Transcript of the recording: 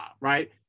right